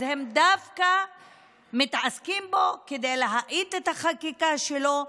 אז הם דווקא מתעסקים בו כדי להאט את החקיקה שלו,